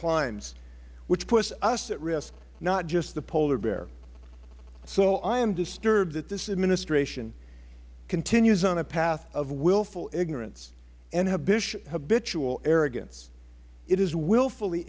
climes which puts us at risk not just the polar bear so i am disturbed that this administration continues on a path of willful ignorance and habitual arrogance it is willfully